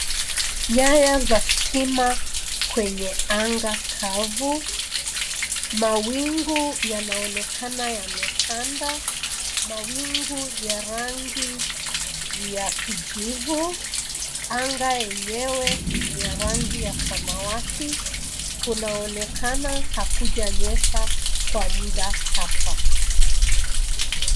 Nyaya za stima kwenye anga kavu, mawingu yanaonekana yametanda; mawingu ya rangi ya kijivu, anga yenyewe ni ya rangi ya samawati, kunaonekana hakujanyesha kwa muda hapa.